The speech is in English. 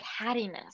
cattiness